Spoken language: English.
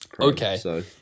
Okay